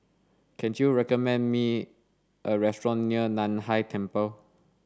can you recommend me a restaurant near Nan Hai Temple